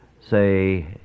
say